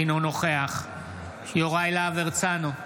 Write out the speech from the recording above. אינו נוכח יוראי להב הרצנו,